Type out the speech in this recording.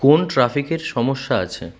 কোন ট্রাফিকের সমস্যা আছে